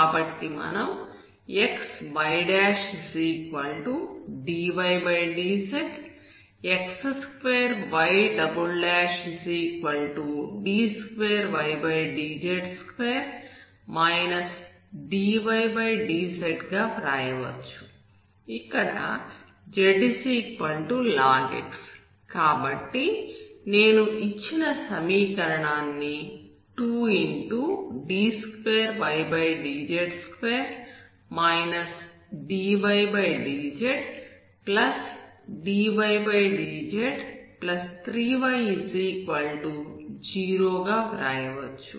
కాబట్టి మనం xydydz x2yd2ydz2 dydz గా వ్రాయవచ్చు ఇక్కడ zlogx కాబట్టి నేను ఇచ్చిన సమీకరణాన్ని 2d2ydz2 dydzdydz3y0 గా వ్రాయవచ్చు